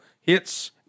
hits